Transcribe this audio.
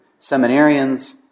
seminarians